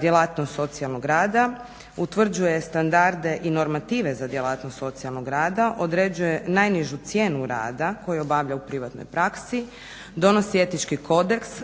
djelatnost socijalnog rada, utvrđuje standarde i normative za djelatnost socijalnog rada, određuje najnižu cijenu rada koju obavlja u privatnoj praksi, donosi etički kodeks,